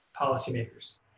policymakers